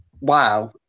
wow